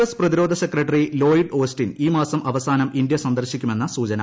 S പ്രതിരോധ secretary Lloyd Austin ഈ മാസം അവസാനം ഇന്ത്യ സ്റ്റ്ട്ർശിക്കുമെന്ന് സൂചന